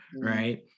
right